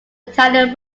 italian